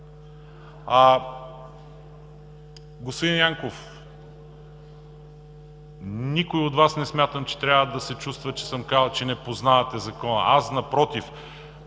Господин Янков, никой от Вас не смятам, че трябва да се чувства, че съм казал, че не познавате Закона. Напротив,